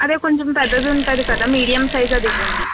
అదే కొంచెం పెద్దదుంటది కదా మీడియం సైజ్ అదివ్వండి